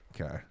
Okay